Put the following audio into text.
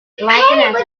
blackened